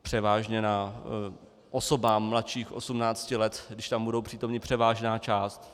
Převážně osobám mladším 18 let, když tam budou přítomni, převážná část.